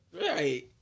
right